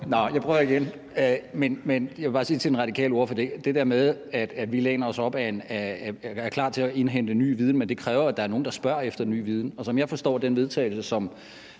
Nå, jeg prøver igen: Jeg vil bare sige til den radikale ordfører, at det der med, at vi læner os op ad og er klar til at indhente ny viden, kræver, at der er nogen, der spørger efter ny viden. Som jeg forstår det forslag til